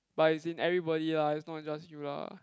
but it's in everybody lah it's not just you lah